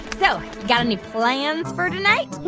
so got any plans for tonight?